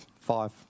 five